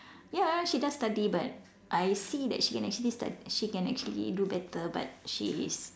ya she does study but I see that she can actually stu~ she can actually do better but she is